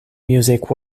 music